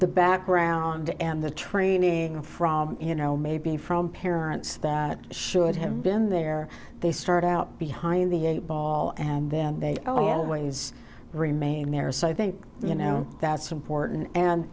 the background and the training from you know maybe from parents that should have been there they start out behind the eight ball and then they always remain married so i think you know that's important